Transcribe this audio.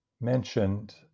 mentioned